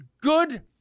Good